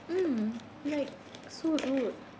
mm like so rude